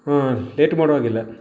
ಹಾಂ ಲೇಟ್ ಮಾಡೋ ಹಾಗಿಲ್ಲ